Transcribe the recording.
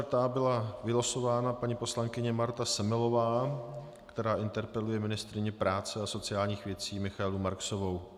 Jako 24. byla vylosována paní poslankyně Marta Semelová, která interpeluje ministryni práce a sociálních věcí Michaelu Marksovou.